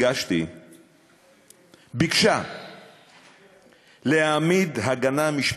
שימו לב: הצעת החוק שאני הגשתי ביקשה להעמיד הגנה משפטית,